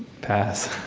pass.